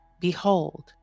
Behold